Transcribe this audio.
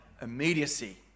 immediacy